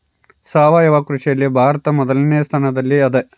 ಸಾವಯವ ಕೃಷಿಯಲ್ಲಿ ಭಾರತ ಮೊದಲನೇ ಸ್ಥಾನದಲ್ಲಿ ಅದ